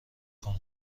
کنم